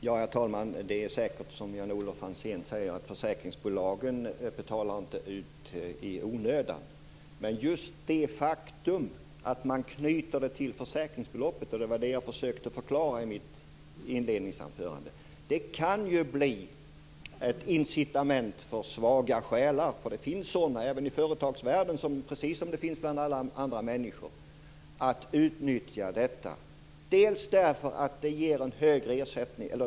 Herr talman! Det är säkert som Jan-Olof Franzén säger. Försäkringsbolagen betalar inte ut något i onödan. Men det faktum att det hela knyts till försäkringsbeloppet kan bli ett incitament för svaga själar - sådana finns nämligen även i företagsvärlden precis som bland andra människor - att utnyttja detta. Det var just det här jag försökte förklara i mitt inledningsanförande.